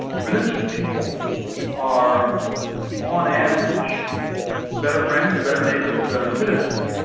religious people are on average better friends, better neighbours and better citizens.